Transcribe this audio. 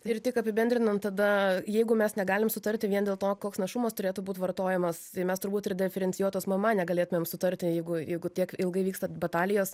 ir tik apibendrinant tada jeigu mes negalim sutarti vien dėl to koks našumas turėtų būt vartojamas tai mes turbūt ir diferencijuotos mma negalėtumėm sutarti jeigu jeigu tiek ilgai vyksta batalijos